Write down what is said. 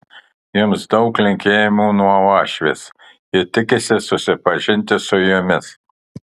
jums daug linkėjimų nuo uošvės ji tikisi susipažinti su jumis